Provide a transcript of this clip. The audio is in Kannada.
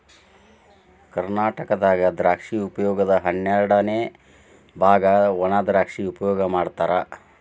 ಕರ್ನಾಟಕದಾಗ ದ್ರಾಕ್ಷಿ ಉಪಯೋಗದ ಹನ್ನೆರಡಅನೆ ಬಾಗ ವಣಾದ್ರಾಕ್ಷಿ ಉಪಯೋಗ ಮಾಡತಾರ